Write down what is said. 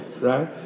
right